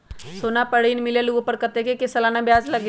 सोना पर ऋण मिलेलु ओपर कतेक के सालाना ब्याज लगे?